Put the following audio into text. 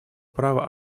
права